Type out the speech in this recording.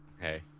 Hey